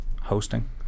hosting